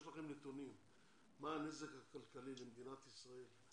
יש לכם נתונים על הנזק הכלכלי למדינת ישראל?